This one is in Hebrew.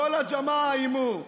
כל הג'מאעה איימו.